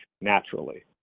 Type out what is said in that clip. naturally